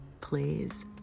Please